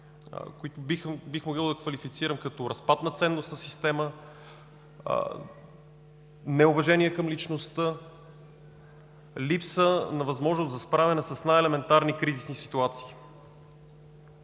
които да квалифицирам като разпад на ценностна система, неуважение към личността, липса на възможност за справяне с най-елементарни кризисни ситуации.